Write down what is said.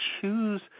choose